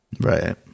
right